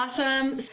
awesome